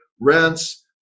rents